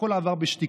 הכול עבר בשתיקה.